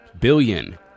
billion